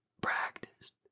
practiced